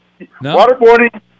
Waterboarding